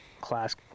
class